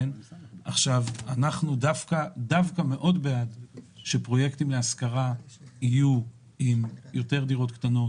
אנחנו דווקא מאוד בעד שפרויקטים להשכרה יהיו עם יותר דירות קטנות,